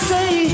Say